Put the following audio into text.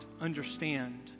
understand